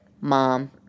mom